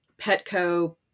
petco